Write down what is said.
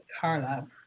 Carla